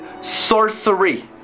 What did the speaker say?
sorcery